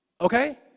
Okay